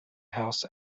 house